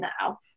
now